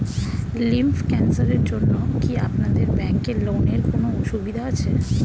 Lymph ক্যানসারের জন্য কি আপনাদের ব্যঙ্কে লোনের কোনও সুবিধা আছে?